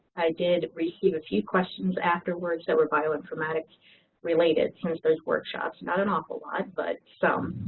i did receive a few questions afterwards that were bioinformatics-related since those workshops, not an awful lot but some.